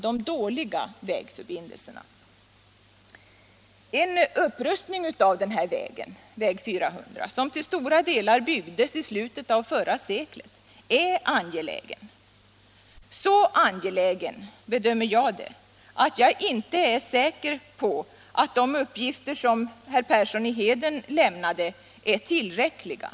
Jag bedömer en upprustning av väg 400, som till stora delar byggdes i slutet av förra seklet, så angelägen, att jag inte är säker på att de uppgifter som herr Persson i Heden lämnade är tillräckliga.